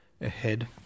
Ahead